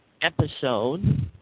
episode